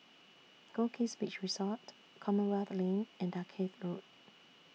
Goldkist Beach Resort Commonwealth Lane and Dalkeith Road